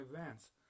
events